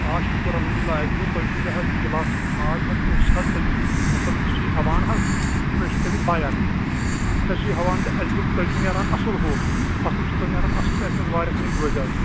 آ شُکُر اَلحَمدُ للہ اَسہِ بوٗز تۅہہِ چھُوٕ یہِ حظ یہِ گِلاسَن ہُنٛد بَاغ حظ أسۍ چھِ حظ تمِکۍ مَطلب أسۍ چھِ ہِیٚوَان حظ تہٕ أسۍ چھِ تمِکۍ بایَر أسۍ حظ چھِ یہِ ہِیٚوَان تہٕ اسہِ دوٚپ تۅہہِ چھُوٕ نیرَان اَصٕل ہُہ اَصٕل چھُو تۅہہِ نیرَان اَصٕل تہٕ اَسہِ بوٗز واریاہَو نِش بوزیٛاو